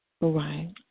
Right